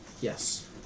Yes